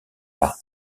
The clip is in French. par